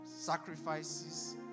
sacrifices